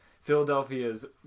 Philadelphia's